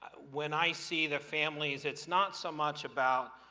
when i see the families, it's not so much about,